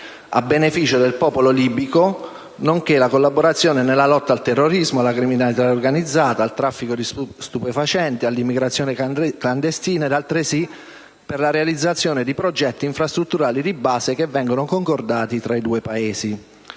a beneficio del popolo libico, nonché la collaborazione nella lotta al terrorismo, alla criminalità organizzata, al traffico di stupefacenti, all'immigrazione clandestina ed altresì per la realizzazione di progetti infrastrutturali di base che vengono concordati tra i due Paesi.